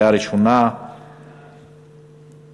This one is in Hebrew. נא